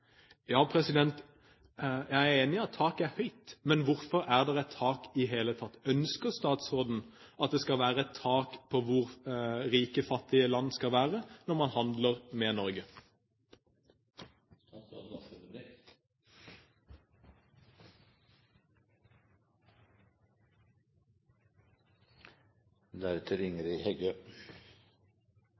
Ja, jeg er enig i at taket er høyt. Men hvorfor er det et tak i det hele tatt? Ønsker statsråden at det skal være et tak for hvor rike fattige land skal være når man handler med